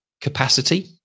capacity